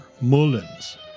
Mullins